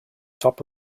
top